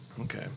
Okay